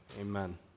Amen